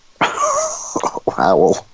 wow